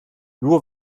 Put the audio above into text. nur